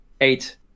Eight